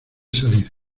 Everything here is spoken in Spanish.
salir